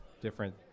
different